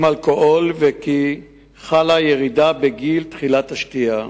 אלכוהול וחלה ירידה בגיל תחילת השתייה.